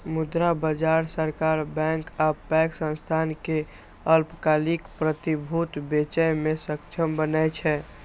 मुद्रा बाजार सरकार, बैंक आ पैघ संस्थान कें अल्पकालिक प्रतिभूति बेचय मे सक्षम बनबै छै